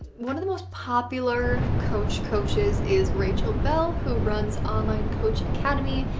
one of the most popular coach coaches is rachel bell who runs online coach academy.